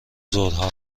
ظهرها